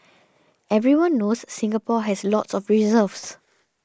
everyone knows Singapore has lots of reserves